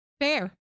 Fair